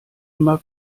immer